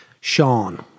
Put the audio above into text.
Sean